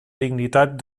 dignitat